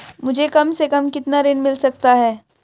मुझे कम से कम कितना ऋण मिल सकता है?